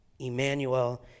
Emmanuel